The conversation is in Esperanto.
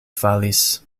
falis